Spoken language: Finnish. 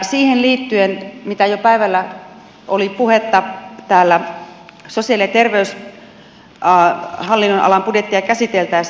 siihen liittyen mistä jo päivällä oli puhetta täällä sosiaali ja terveyshallinnonalan budjettia käsiteltäessä